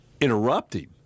interrupting